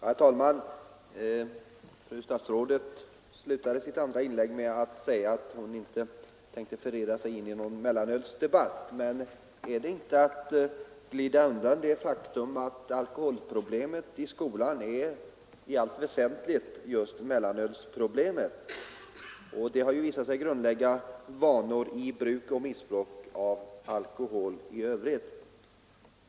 Herr talman! Fru statsrådet slutade sitt andra inlägg med att säga att hon inte tänkte förirra sig in i någon mellanölsdebatt. Men är det inte att glida undan det faktum att alkoholproblemet i skolan är i allt väsentligt just mellanölsproblemet? Mellanölet har ju visat sig grundlägga vanor i fråga om bruk och missbruk även av alkohol i övrigt.